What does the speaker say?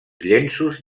llenços